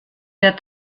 der